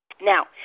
Now